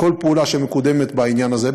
כל פעולה שמקודמת בעניין הזה,